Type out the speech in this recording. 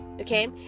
okay